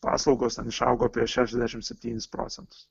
paslaugos ten išaugo apie šešiasdešimt septynis procentus